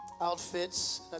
Outfits